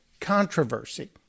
controversy